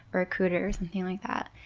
or a cooter or something like that.